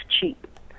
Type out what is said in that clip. cheap